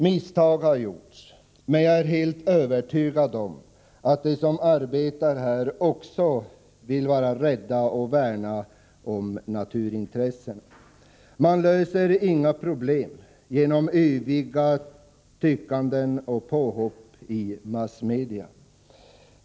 Misstag har gjorts, men jag är helt övertygad om att de som arbetar här också är rädda om och värnar om naturintressena. Man löser inga problem genom yviga tyckanden och påhopp i massmedia.